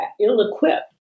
ill-equipped